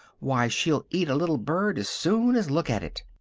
why, she'll eat a little bird as soon as look at it!